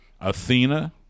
Athena